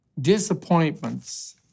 disappointments